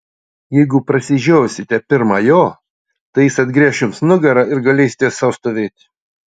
jeigu prasižiosite pirma jo tai jis atgręš jums nugarą ir galėsite sau stovėti